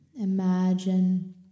Imagine